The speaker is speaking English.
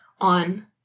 on